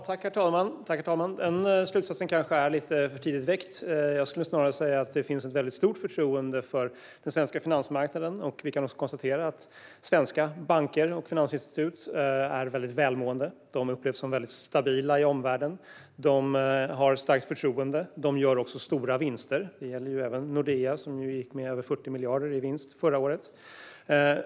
Herr talman! Den slutsatsen kanske är lite för tidigt dragen. Jag skulle snarare säga att det finns väldigt stort förtroende för den svenska finansmarknaden. Vi kan också konstatera att svenska banker och finansinstitut är välmående. De upplevs som stabila av omvärlden. Det finns ett starkt förtroende för dem. De gör också stora vinster - det gäller även Nordea, som gick med över 40 miljarder i vinst förra året.